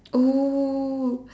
oh